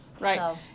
Right